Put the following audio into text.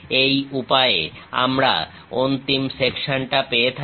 এই উপায়ে আমরা অন্তিম সেকশনটা পেয়ে থাকি